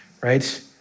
Right